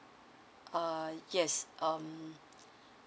err yes um